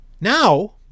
now